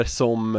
som